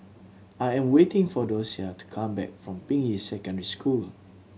I am waiting for Docia to come back from Ping Yi Secondary School